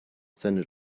seine